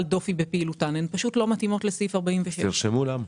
דופי בפעילותן; הן פשוט לא מתאימות לסעיף 46. אז תרשמו למה.